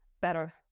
better